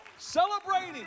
celebrating